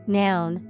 noun